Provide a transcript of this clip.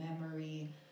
memory